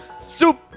Soup